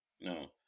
No